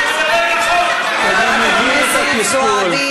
אני מבין את התסכול.